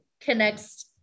connects